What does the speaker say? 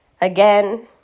Again